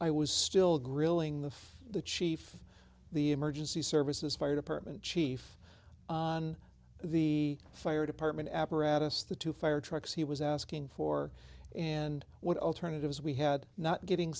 i was still grilling the the chief the emergency services fire department chief on the fire department apparatus the two fire trucks he was asking for and what alternatives we had not getting